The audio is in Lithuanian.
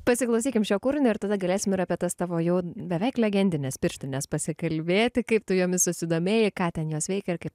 pasiklausykim šio kūrinio ir tada galėsim ir apie tas tavo jau beveik legendines pirštines pasikalbėti kaip tu jomis susidomėjai ką ten jos veikia ir kaip